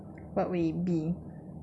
what would it be